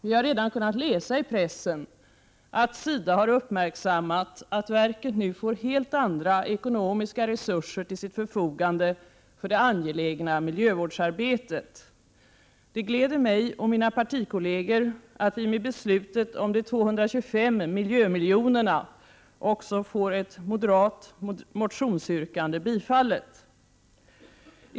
Vi har redan kunnat läsa i pressen att SIDA har uppmärksammat att verket nu får helt andra ekonomiska resurser till sitt förfogande för det angelägna miljövårdsarbetet. Det gläder mig och mina partikolleger att vi med beslutet om de 225 miljömiljonerna också får ett moderat motionsyrkande bifallet.